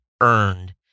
earned